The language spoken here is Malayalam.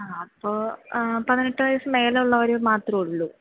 അ അപ്പം പതിനെട്ട് വയസ്സ് മേലെ ഉള്ളവർ മാത്രമേ ഉള്ളു